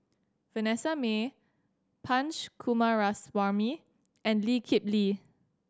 Vanessa Mae Punch Coomaraswamy and Lee Kip Lee